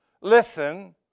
listen